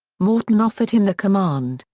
morton offered him the command,